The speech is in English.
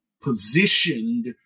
positioned